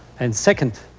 and second,